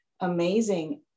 amazing